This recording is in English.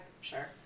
sure